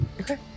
Okay